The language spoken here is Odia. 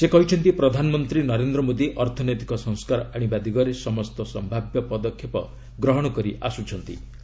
ସେ କହିଛନ୍ତି ପ୍ରଧାନମନ୍ତ୍ରୀ ନରେନ୍ଦ୍ର ମୋଦି ଅର୍ଥନୈତିକ ସଂସ୍କାର ଆଶିବା ଦିଗରେ ସମସ୍ତ ସମ୍ଭାବ୍ୟ ପଦକ୍ଷେପ ଗ୍ରହଣ କରିଆସ୍ଟ୍ରନ୍ଥି